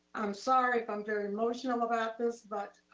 i'm sorry if i'm very emotional about this, but